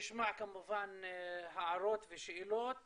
וישמע כמובן הערות ושאלות